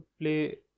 play